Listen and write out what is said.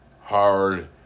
hard